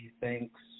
thanks